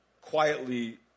quietly